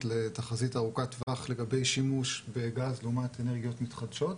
לתחזית ארוכת טווח לגבי שימוש בגז לעומת אנרגיות מתחדשות,